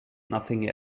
nothing